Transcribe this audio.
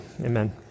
amen